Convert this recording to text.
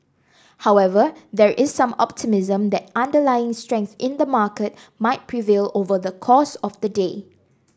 however there is some optimism that underlying strength in the market might prevail over the course of the day